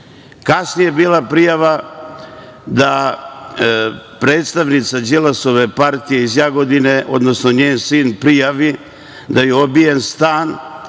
Kasnije je bila prijava da predstavnica Đilasove partije iz Jagodine, odnosno njen sin prijavi da je obijen stan.